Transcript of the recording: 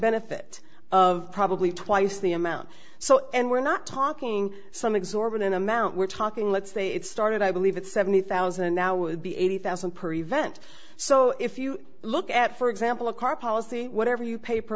benefit of probably twice the amount so and we're not talking some exorbitant amount we're talking let's say it started i believe it's seventy thousand now would be eighty thousand per event so if you look at for example a car policy whatever you paper